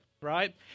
Right